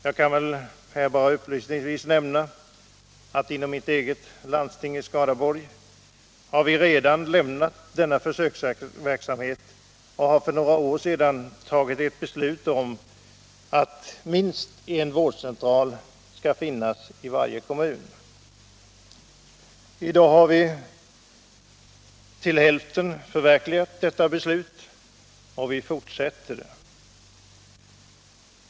Jag kan upplysningsvis säga att vi i mitt eget landsting, i Skaraborgs län, redan har lämnat denna försöksverksamhet och för några år sedan fattat beslut om att det skall finnas minst en vårdcentral i varje kommun. I dag har vi till hälften förverkligat detta mål, och vi fortsätter.